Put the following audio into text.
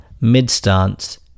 mid-stance